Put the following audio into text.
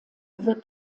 wird